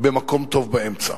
במקום טוב באמצע,